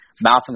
mouthing